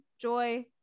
joy